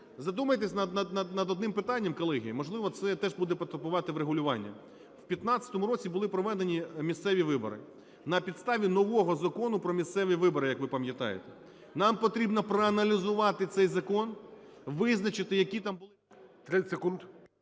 Задумайтесь над одним питанням, колеги, можливо, це теж потребуватиме врегулювання. В 15-му році були проведені місцеві вибори на підставі нового Закону "Про місцеві вибори", як ви пам'ятаєте. Нам потрібно проаналізувати цей закон, визначити, які там були... ГОЛОВУЮЧИЙ.